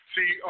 See